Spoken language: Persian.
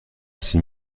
چیزی